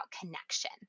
connection